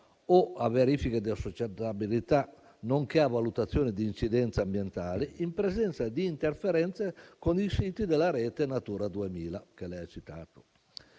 o a verifiche di assoggettabilità, nonché a valutazione di incidenza ambientale in presenza di interferenze con i siti della rete Natura 2000, che lei ha citato.